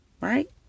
Right